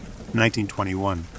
1921